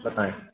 बताएं